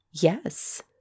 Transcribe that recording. Yes